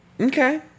Okay